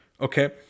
okay